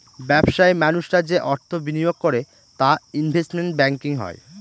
ব্যবসায়ী মানুষরা যে অর্থ বিনিয়োগ করে তা ইনভেস্টমেন্ট ব্যাঙ্কিং হয়